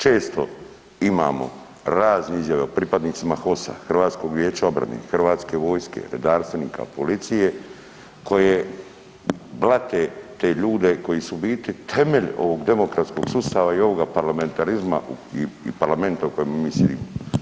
Često imamo razne izjave o pripadnicima HOS-a, Hrvatskog vijeća obrane, Hrvatske vojske, redarstvenika, policije koje blate te ljude koji su u biti temelj ovog demokratskog sustava i ovoga parlamentarizma i parlamenta u kojemu mi sjedimo.